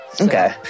Okay